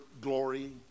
glory